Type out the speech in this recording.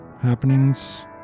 happenings